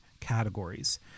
categories